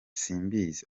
simbizi